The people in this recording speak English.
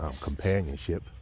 companionship